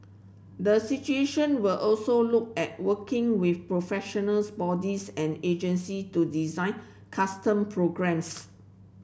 the situation will also look at working with professionals bodies and agency to design custom programmes